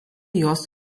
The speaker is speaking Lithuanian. jos